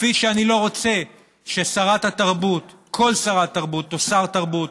כפי שאני לא רוצה ששרת התרבות כל שרת תרבות או שר תרבות,